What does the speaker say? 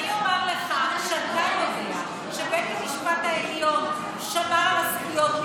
אני אומר לך שאתה יודע שבית המשפט העליון שמר על הזכויות.